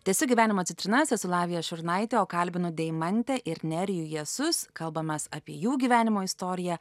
tęsiu gyvenimo citrinas esu lavija šurnaitė o kalbinu deimantę ir nerijų jasus kalbamės apie jų gyvenimo istoriją